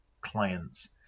clients